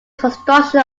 construction